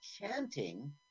chanting